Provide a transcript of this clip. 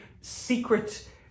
secret